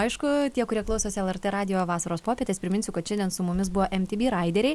aišku tie kurie klausosi lrt radijo vasaros popietės priminsiu kad šiandien su mumis buvo emtyby raideriai